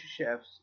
chefs